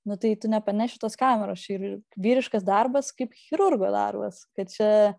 nu tai tu nepaneši tos kameros čia ir vyriškas darbas kaip chirurgo darbas kad čia